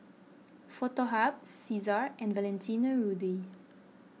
Foto Hub Cesar and Valentino Rudy